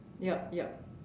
yup yup